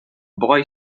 boy